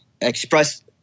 express –